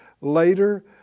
later